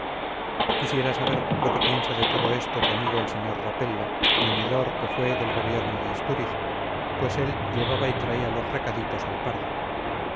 quisiera saber lo que piensa de todo esto tu amigo el sr rapella muñidor que fue del gobierno de istúriz pues él llevaba y traía los recaditos al pardo